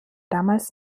damals